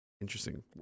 interesting